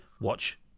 watch